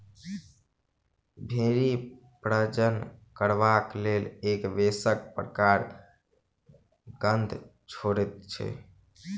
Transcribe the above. भेंड़ी प्रजनन करबाक लेल एक विशेष प्रकारक गंध छोड़ैत छै